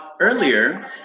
earlier